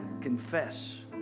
confess